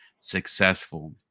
successful